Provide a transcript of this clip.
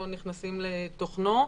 לא נכנסים לתוכנו.